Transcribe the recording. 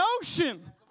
ocean